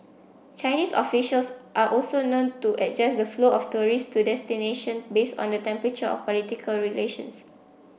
Chinese officials are also known to adjust the flow of tourists to destination based on the temperature of political relations